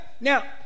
Now